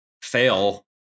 fail